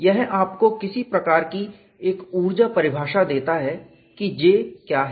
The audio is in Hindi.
यह आपको किसी प्रकार की एक ऊर्जा परिभाषा देता है कि J क्या है